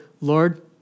Lord